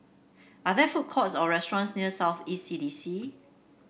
are there food courts or restaurants near South East C D C